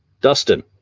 Dustin